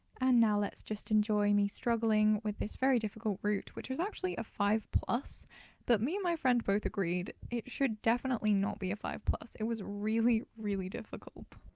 and now let's just enjoy me struggling with this very difficult route which was actually a five plus but me and my friend both agreed, it should definitely not be a five plus. it was really really difficult!